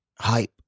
hype